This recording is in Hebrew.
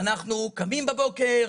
אנחנו קמים בבוקר,